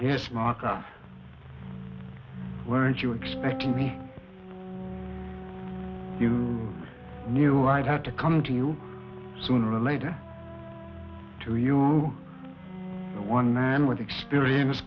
yes maka weren't you expecting me you knew i'd have to come to you sooner or later to you one man with experience